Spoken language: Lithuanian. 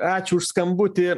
ačiū už skambutį